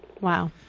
Wow